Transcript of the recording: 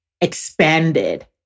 expanded